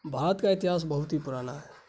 بھارت کا اتہاس بہت ہی پرانا ہے